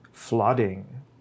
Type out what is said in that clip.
flooding